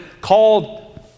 called